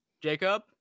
jacob